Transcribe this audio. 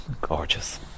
Gorgeous